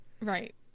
right